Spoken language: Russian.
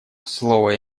слово